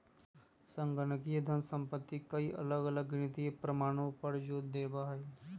संगणकीय धन संपत्ति कई अलग अलग गणितीय प्रमाणों पर जो देवा हई